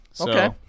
Okay